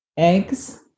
eggs